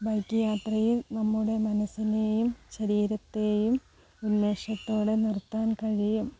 bike യാത്രയും നമ്മുടെ മനസ്സിനെയും ശരീരത്തെയും ഉന്മേഷത്തോടെ നിർത്താൻ കഴിയും